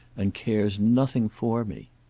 and cares nothing for me.